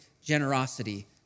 generosity